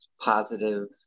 positive